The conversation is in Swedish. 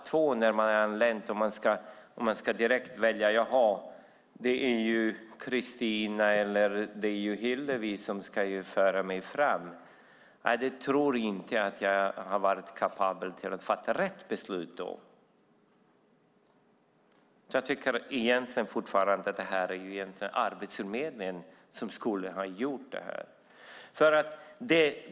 Om jag redan dagen efter att jag anlänt hade behövt välja om det var Kristina eller Hillevi som skulle föra mig fram tror jag inte att jag hade varit kapabel att fatta rätt beslut. Jag tycker fortfarande att Arbetsförmedlingen skulle ha gjort det.